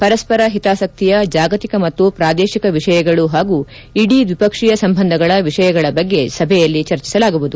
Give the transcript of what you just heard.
ಪರಸ್ಪರ ಹಿತಾಸಕ್ತಿಯ ಜಾಗತಿಕ ಮತ್ತು ಪ್ರಾದೇಶಿಕ ವಿಷಯಗಳು ಹಾಗೂ ಇಡೀ ದ್ವೀಪಕ್ಷಿಯ ಸಂಬಂಧಗಳ ವಿಷಯಗಳ ಬಗ್ಗೆ ಸಭೆಯಲ್ಲಿ ಚರ್ಚಿಸಲಾಗುವುದು